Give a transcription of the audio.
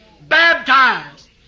baptized